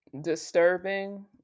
disturbing